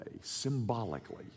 symbolically